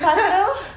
pastu